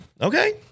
Okay